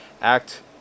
act